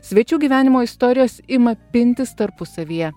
svečių gyvenimo istorijos ima pintis tarpusavyje